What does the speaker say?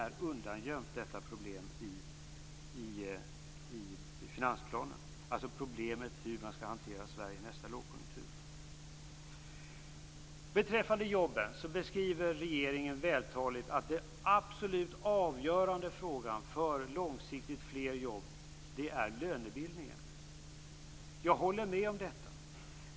Problemet hur Sverige skall hanteras i nästa lågkonjunktur är undangömt i finansplanen. Regeringen beskriver vältaligt beträffande jobben att den absolut avgörande frågan för fler jobb på lång sikt är lönebildningen. Jag håller med om detta.